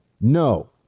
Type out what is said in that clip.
No